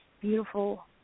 beautiful